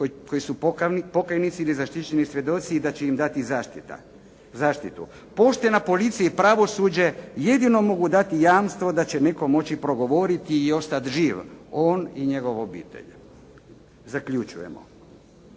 koji su pokajnici ili zaštićeni svjedoci i da će im dati zaštitu. Poštena policija i pravosuđe jedino mogu dati jamstvo da će netko moći progovoriti i ostati živ, on i njegova obitelj. Zaključujemo,